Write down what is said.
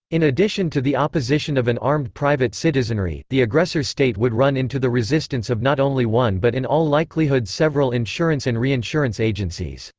in addition to the opposition of an armed private citizenry, the aggressor state would run into the resistance of not only one but in all likelihood several insurance and reinsurance agencies.